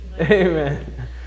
Amen